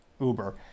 Uber